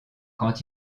quand